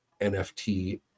nft